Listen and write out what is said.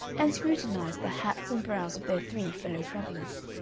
and scrutinized the hats and brows of their three fellow-travellers.